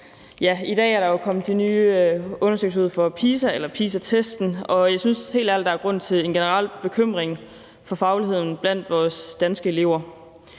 I dag er der jo kommet de nye resultater af PISA-undersøgelsen, og jeg synes helt ærligt, at der er grund til en generel bekymring for fagligheden blandt vores danske elever.